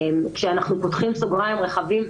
ואנחנו פותחים סוגריים רחבים,